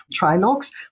trilogues